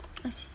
I see